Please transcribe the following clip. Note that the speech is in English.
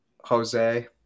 Jose